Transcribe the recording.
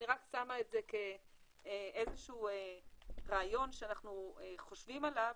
אני רק שמה את זה כאיזה שהוא רעיון שאנחנו חושבים עליו,